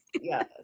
Yes